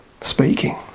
speaking